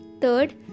Third